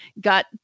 got